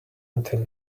until